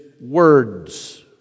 words